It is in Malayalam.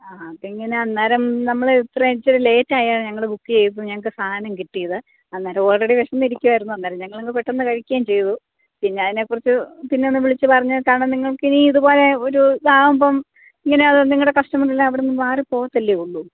ആ അതിങ്ങനെ അന്നേരം നമ്മൾ ഇത്രയും ഇച്ചിരി ലേറ്റ് ആയ ഞങ്ങളെ ബുക്ക് ചെയ്ത് ഞങ്ങൾക്ക് സാധനം കിട്ടിയത് അന്നേരം ഓൾറെഡി വിശന്നിരിക്കുവായിരുന്നു അന്നേരം ഞങ്ങൾ പെട്ടന്ന് കഴിക്കേം ചെയ്തു പിന്നെ അതിനെക്കുറിച്ച് പിന്നേട് ഒന്നു വിളിച്ചു പറഞ്ഞത് നിങ്ങൾക്കിനി ഇതുപോലെ ഒരു ഇതാവുമ്പം ഇങ്ങനെ നിങ്ങളുടെ കസ്റ്റമർ എല്ലാം അവിടെന്ന് മാറി പോവത്തല്ലേ ഉള്ളൂ